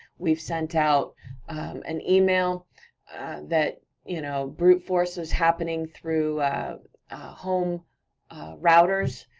we've sent out an email that you know brute force is happening through home routers,